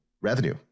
revenue